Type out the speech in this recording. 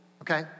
okay